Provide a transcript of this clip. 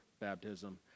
baptism